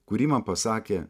kurį man pasakė